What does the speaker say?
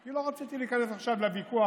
כי לא רציתי להיכנס עכשיו לוויכוח,